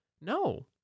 No